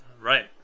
Right